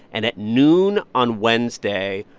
and at noon on wednesday,